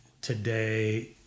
today